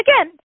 again